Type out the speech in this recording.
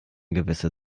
gewisse